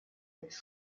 jetzt